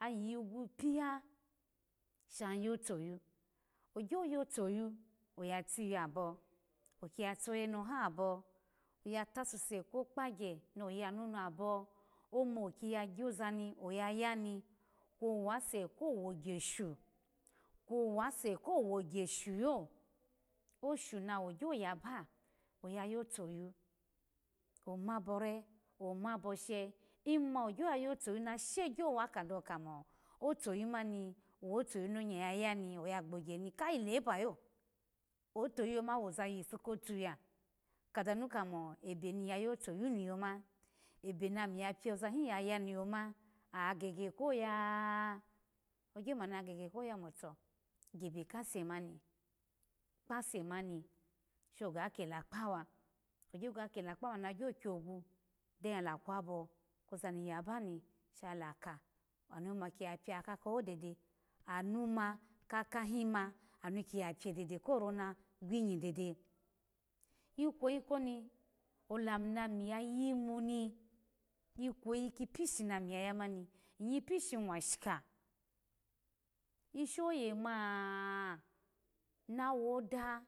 aygwupiya sha yotoyu gyo yotoyu oya tiyo aba eki ya toyeneho abo oya tasuse ko kpagye ni oya nuni abo ome oki ya gyoza ni oki ya yani kwo wase kowgye shu kwe owase ko wogye shuyo oshu koni awogyo yaba oya yotoyu oma bore oma boshe ima gyo ya yotoyu oma boe oma boshe ima gyo ya yotoyu nashishe wa kadawo kamo otoyu mani wotoyu nonya ya ya gbogye ni kayi leba lo otoyu yoma woza yipu kotuya kadanu kamo ebe ni ya yotoyuhi ni yoma ebe ni ami ya biyoza hi ya ni yoma agege ko ya a h ogyo manu ya gege ikoya kamo to gebe kase mani kpase mani shoga kela kpawa ogyo ga kela kpawa magyogwu dem alakwabo koza niyabaani shala ka aanu ma kiya piya kakoho dede anu ma ka kahima anu ya piye dede keona gwinyi dede ikweyi koni olamu nami yayimu ri ikweyi kipishi nami ya yamani iyipishi mwashika ishoye maah na woda